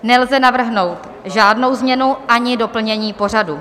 Nelze navrhnout žádnou změnu ani doplnění pořadu.